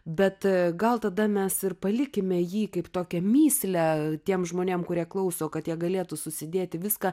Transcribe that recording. bet gal tada mes ir palikime jį kaip tokią mįslę tiem žmonėm kurie klauso kad jie galėtų susidėti viską